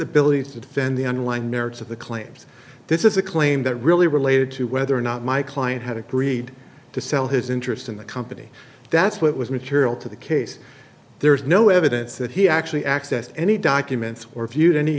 ability to defend the underlying merits of the claims this is a claim that really related to whether or not my client had agreed to sell his interest in the company that's what was material to the case there is no evidence that he actually access any documents or viewed any